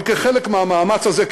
אבל כחלק מהמאמץ הזה,